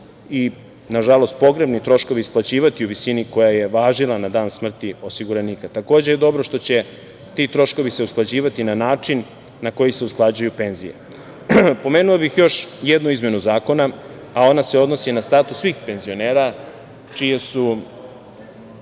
se, nažalost, pogrebni troškovi isplaćivati u visini koja je važila na dan smrti osiguranika. Takođe je dobro što će se ti troškovi usklađivati na način na koji se usklađuju penzije. Pomenuo bih još jednu izmenu zakona, a ona se odnosi na status svih penzionera čije su